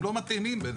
הם לא מתאימים ביניהם.